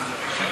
המונחת לפניכם